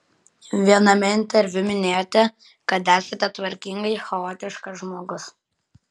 viename interviu minėjote kad esate tvarkingai chaotiškas žmogus